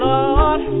Lord